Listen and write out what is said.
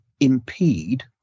impede